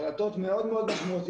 החלטות מאוד משמעותיות.